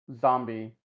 zombie